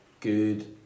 good